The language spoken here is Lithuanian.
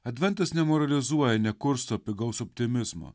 adventas nemoralizuoja nekursto pigaus optimizmo